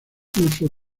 uso